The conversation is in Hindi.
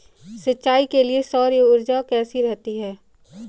सिंचाई के लिए सौर ऊर्जा कैसी रहती है?